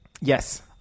Yes